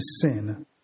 sin